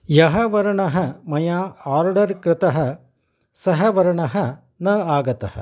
यः वर्णः मया आर्डर् कृतः सः वर्णः न आगतः